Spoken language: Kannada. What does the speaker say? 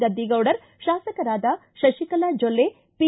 ಗದ್ದಿಗೌಡರ ಶಾಸಕರಾದ ಶತಿಕಲಾ ಜೊಲ್ಲೆ ಪಿ